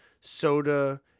soda